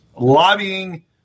lobbying